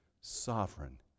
sovereign